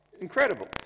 incredible